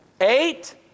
Eight